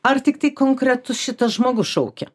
ar tiktai konkretus šitas žmogus šaukia